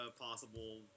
possible